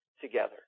together